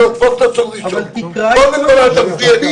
אבל תקרא את כל --- קודם כל אל תפריע לי.